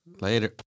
later